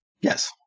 Yes